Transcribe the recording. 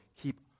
keep